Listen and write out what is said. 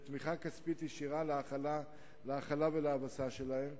בתמיכה כספית ישירה להאכלה ולהאבסה שלהם.